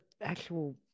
actual